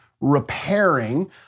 repairing